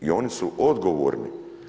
I oni su odgovorni.